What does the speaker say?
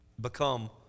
become